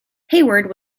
hayward